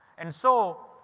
and so,